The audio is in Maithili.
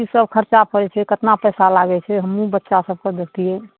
की सब खर्चा पड़य छै कतना पैसा लागय छै हमहुँ बच्चा सबके दैतियै